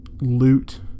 loot